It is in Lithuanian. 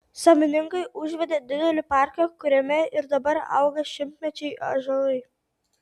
savininkai užvedė didelį parką kuriame ir dabar auga šimtmečiai ąžuolai